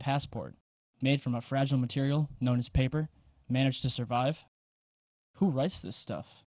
passport made from a fragile material known as paper managed to survive who writes the stuff